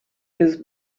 his